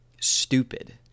stupid